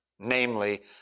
Namely